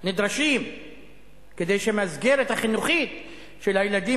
נדרשים כדי שהמסגרת החינוכית של הילדים